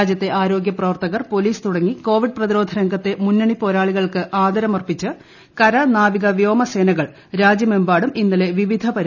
രാജ്യത്തെ ആരോഗ്യ പ്രവർത്തകർ പൊലീസ് തുടങ്ങി കോവിഡ് പ്രതിരോധ രംഗത്തെ മുന്നണിപോരാളികൾക്ക് ആദരമർപ്പിച്ച് കര നാവിക വ്യോമ സേനകൾ രാജ്യമെമ്പാടും ഇന്നലെ വിവിധ പരിപാടികൾ നടത്തിയിരുന്നു